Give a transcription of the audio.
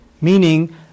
Meaning